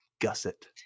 gusset